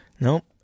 Nope